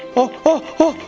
ow!